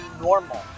normal